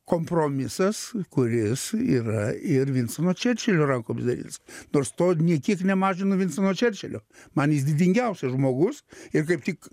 kompromisas kuris yra ir vinstono čerčilio rankomis darytas nors to nė kiek nemažina vinstono čerčilio man jis didingiausias žmogus ir kaip tik